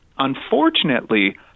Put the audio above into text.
Unfortunately